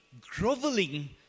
groveling